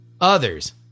Others